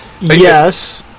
yes